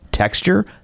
Texture